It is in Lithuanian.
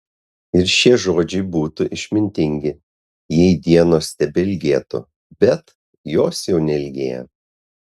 ir šie žodžiai būtų išmintingi jei dienos tebeilgėtų bet jos jau neilgėja